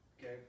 Okay